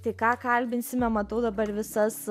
tai ką kalbinsime matau dabar visas